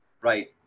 right